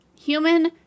Human